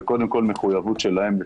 זה קודם כול מחויבות שלהם.